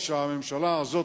כשהממשלה הזאת,